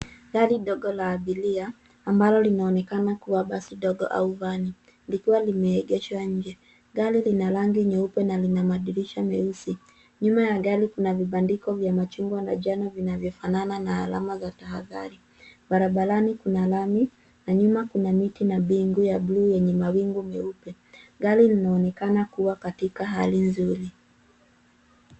Gari dogo la abiria ambalo linaonekana kuwa basi dogo au vani , likiwa limeegeshwa nje. Gari lina rangi nyeupe na lina madirisha meusi. Nyuma ya gari kuna vibandiko vya machungwa na njano vinavyofanana na alama za tahadhari. Barabarani kuna lami na nyuma kuna miti na mbingu ya buluu yenye mawingu meupe. Gari linaonekana kuwa katika hali nzuri.